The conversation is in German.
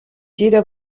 jeder